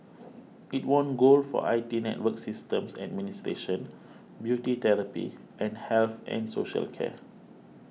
it won gold for I T network systems administration beauty therapy and health and social care